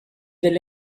well